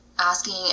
Asking